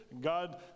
God